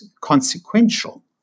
consequential